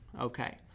Okay